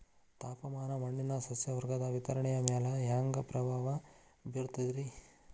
ತಾಪಮಾನ ಮಣ್ಣಿನ ಸಸ್ಯವರ್ಗದ ವಿತರಣೆಯ ಮ್ಯಾಲ ಹ್ಯಾಂಗ ಪ್ರಭಾವ ಬೇರ್ತದ್ರಿ?